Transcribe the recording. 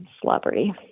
Celebrity